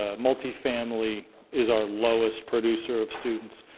ah multifamily is our lowest producer of students.